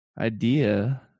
idea